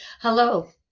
Hello